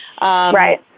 right